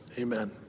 amen